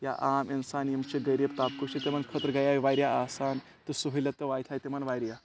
یا عام اِنسان یِم چھِ غریٖب طبقہٕ چھِ تِمَن خٲطرٕ گٔیے واریاہ آسان تہٕ سہوٗلیت تہِ واتہِ تِمَن واریاہ